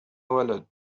ولد